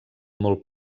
molt